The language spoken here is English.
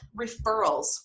referrals